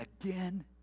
again